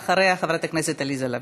ואחריה, חברת הכנסת עליזה לביא.